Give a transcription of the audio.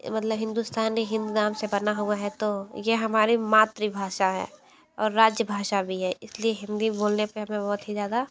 मतलब हिंदुस्तानी हिंद नाम से बना हुआ है तो ये हमारी मातृभाषा है और राजभाषा भी है इस लिए हिंदी बोलने पर हमें बहुत ही ज़्यादा